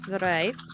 Right